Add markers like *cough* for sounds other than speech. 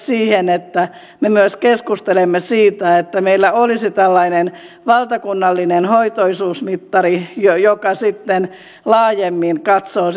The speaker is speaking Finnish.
*unintelligible* siihen että me myös keskustelemme siitä että meillä olisi valtakunnallinen hoitoisuusmittari joka laajemmin katsoo *unintelligible*